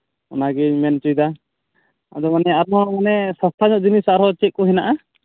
ᱚᱱᱟᱜᱤᱧ ᱢᱮᱱ ᱦᱚᱪᱚᱭᱮᱫᱟ ᱟᱫᱚ ᱵᱚᱞᱮ ᱟᱫᱚ ᱢᱟᱱᱮ ᱥᱚᱥᱛᱟ ᱧᱚᱜ ᱡᱤᱱᱤᱥ ᱟᱨᱦᱚᱸ ᱪᱮᱫ ᱠᱚ ᱢᱮᱱᱟᱜᱼᱟ